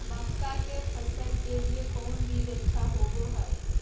मक्का के फसल के लिए कौन बीज अच्छा होबो हाय?